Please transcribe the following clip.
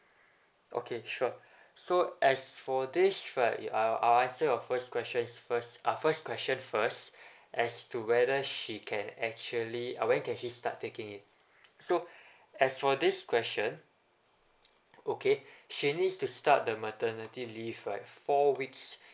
okay sure so as for this right you I'll I'll answer your first questions first uh first question first as to whether she can actually uh when can she start taking it so as for this question okay she needs to start the maternity leave right four weeks